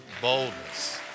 boldness